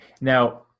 Now